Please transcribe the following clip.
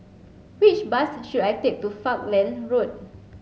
which bus should I take to Falkland Road